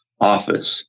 office